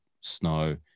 snow